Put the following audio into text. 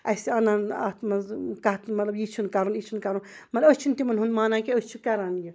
اَسہِ اَنان اَتھ منٛزٕ کَتھ مطلب یہِ چھُنہٕ کَرُن یہِ چھُنہٕ کَرُن مطلب أسۍ چھِنہٕ تِمَن ہُنٛد مانان کینٛہہ أسۍ چھِ کَران یہِ